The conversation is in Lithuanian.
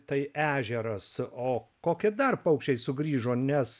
tai ežeras o kokie dar paukščiai sugrįžo nes